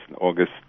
August